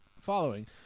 following